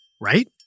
right